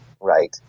right